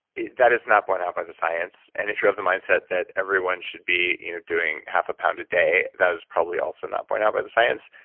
that is not borne out by the science. and if you're of the mindset that everyone should be you know doing half a pound a day, that is probably also not borne out by the science.